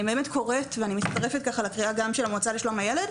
אני באמת קוראת ואני מצטרפת לקריאה גם של המועצה לשלום הילד.